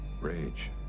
rage